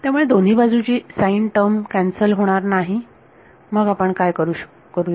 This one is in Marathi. त्यामुळे दोन्ही बाजूची साईन टर्म कॅन्सल होणार नाही मग आपण काय करू या